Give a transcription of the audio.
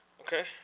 Okay